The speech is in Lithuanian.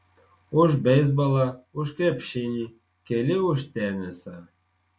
už beisbolą už krepšinį keli už tenisą